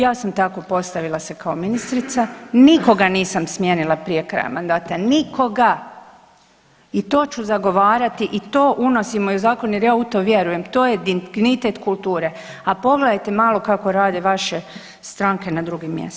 Ja sam tako postavila se kao ministrica, nikoga nisam smijenila prije kraja mandata, nikoga i to ću zagovarati i to unosimo i u zakon jer ja u to vjerujem, to je dignitet kulture, a pogledajte malo kako rade vaše stranke na drugim mjestima.